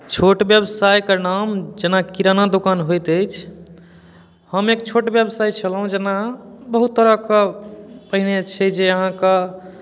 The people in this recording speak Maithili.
छोट व्यवसायके नाम जेना किराना दोकान होइत अछि हम एक छोट व्यवसायी छलहुँ जेना बहुत तरहके पहिने जे छै अहाँकेँ